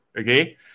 okay